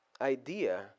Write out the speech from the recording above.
idea